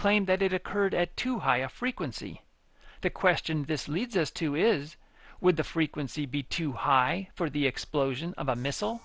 claim that it occurred at too high a frequency the question this leads us to is would the frequency be too high for the explosion of a missile